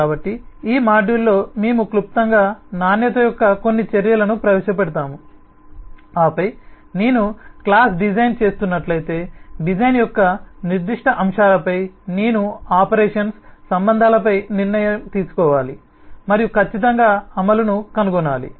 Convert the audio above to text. కాబట్టి ఈ మాడ్యూల్లో మేము క్లుప్తంగా నాణ్యత యొక్క కొన్ని చర్యలను ప్రవేశపెడతాము ఆపై నేను క్లాస్ డిజైన్ చేస్తున్నట్లయితే డిజైన్ యొక్క నిర్దిష్ట అంశాలపై నేను ఆపరేషన్స్ సంబంధాలపై నిర్ణయం తీసుకోవాలి మరియు ఖచ్చితంగా అమలును కనుగొనాలి